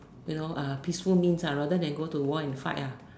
you know uh peaceful means ah rather than go to war and fight ah